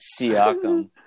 Siakam